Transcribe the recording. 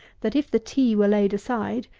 that if the tea were laid aside,